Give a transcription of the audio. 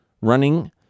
Running